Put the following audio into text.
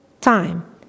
time